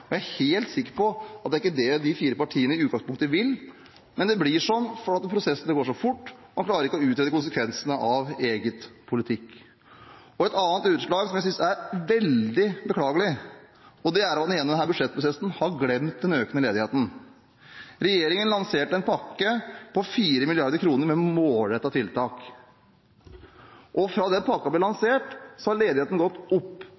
og jeg er helt sikker på at det ikke er dette de fire partiene i utgangspunktet vil. Men det blir sånn fordi prosessene går så fort, og man klarer ikke å utrede konsekvensene av egen politikk. Et annet utslag, som jeg synes er veldig beklagelig, er at en gjennom denne budsjettprosessen har glemt den økende ledigheten. Regjeringen lanserte en pakke på 4 mrd. kr med målrettede tiltak. Siden pakken ble lansert, har ledigheten gått opp,